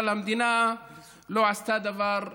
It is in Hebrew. אבל המדינה לא עשתה דבר בנדון.